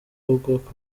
ubwoko